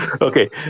Okay